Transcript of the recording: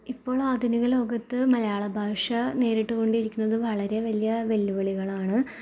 ഇപ്പോൾ ആധുനിക ലോകത്ത് മലയാള ഭാഷ നേരിട്ട് കൊണ്ടിരിക്കുന്നത് വളരെ വലിയ വെല്ലുവിളികളാണ്